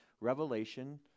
Revelation